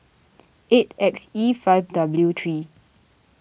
eight X E five W three